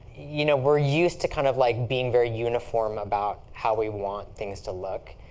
you know we're used to kind of like being very uniform about how we want things to look.